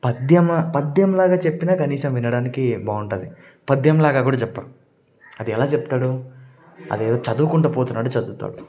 పద్యంమా పద్యంలాగా చెప్పినా కనీసం వినడానికి బాగుంటుంది పద్యంలాగా కూడా చెప్పరు అది ఎలా చెప్తాడు అదేదో చదువుకుంటూ పోతున్నట్టు చదువుతాడు